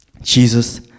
Jesus